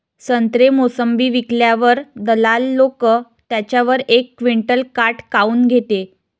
संत्रे, मोसंबी विकल्यावर दलाल लोकं त्याच्यावर एक क्विंटल काट काऊन घेते?